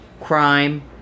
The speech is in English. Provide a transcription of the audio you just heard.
Crime